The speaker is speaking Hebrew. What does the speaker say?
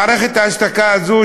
מערכת ההשתקה הזו,